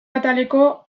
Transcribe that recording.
ataleko